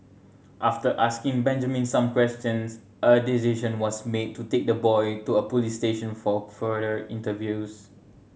after asking Benjamin some questions a decision was made to take the boy to a police station for further interviews